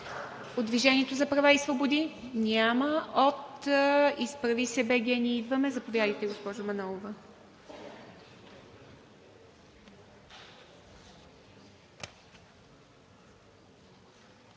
От „Движението за права и свободи“? Няма. От „Изправи се БГ! Ние идваме!“? Заповядайте, госпожо Манолова.